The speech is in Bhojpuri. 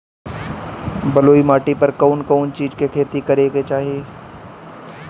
बलुई माटी पर कउन कउन चिज के खेती करे के चाही?